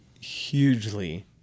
hugely